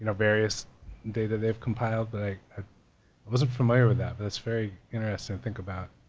and various data they've compiled. but i wasn't familiar with that but it's very interesting to think about.